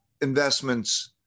investments